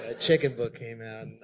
ah chicken book came out.